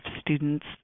students